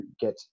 get